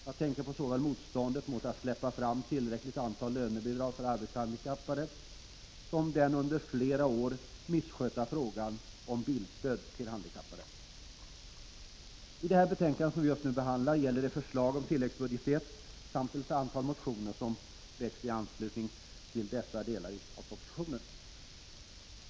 Jag tänker på såväl motståndet mot att släppa fram tillräckligt antal lönebidrag för arbetshandikappade som den under flera år misskötta frågan om bilstöd till handikappade. Det betänkande som vi just nu behandlar gäller förslaget om tilläggsbudget I samt ett antal motioner som väckts i anslutning till dessa delar av propositionen.